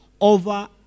over